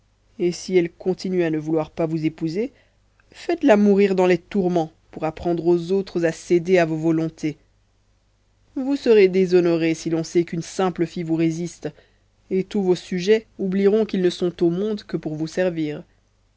et si elle continue à ne vouloir pas vous épouser faites-la mourir dans les tourments pour apprendre aux autres à céder à vos volontés vous serez déshonoré si l'on sait qu'une simple fille vous résiste et tous vos sujets oublieront qu'ils ne sont au monde que pour vous servir